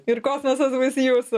ir kosmosas bus jūsų